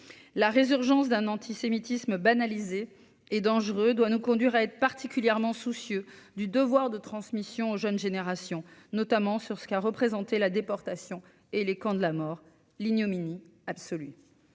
la résurgence d'un antisémitisme banalisé et dangereux, doit nous conduire à être particulièrement soucieux du devoir de transmission aux jeunes générations, notamment sur ce qu'a représenté la déportation et les camps de la mort, l'ignominie absolue